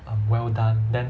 um well done then